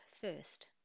first